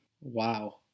Wow